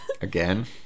Again